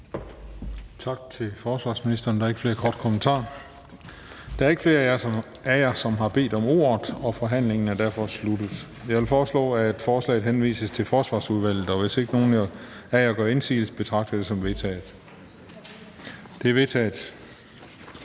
Tak til forsvarsministeren. Der er ikke flere korte bemærkninger. Der er ikke flere, der har bedt om ordet, og forhandlingen er sluttet. Jeg foreslår, at forslaget til folketingsbeslutning henvises til Forsvarsudvalget. Hvis ingen gør indsigelse, betragter jeg dette som vedtaget. Det er vedtaget.